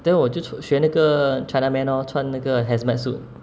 then 我就学学那个 china man lor 穿那个 hazmat suit